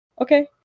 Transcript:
okay